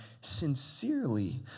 sincerely